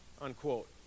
unquote